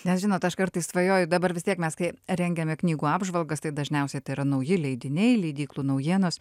na žinot aš kartais svajoju dabar vis tiek mes kai rengiame knygų apžvalgas tai dažniausiai tai yra nauji leidiniai leidyklų naujienos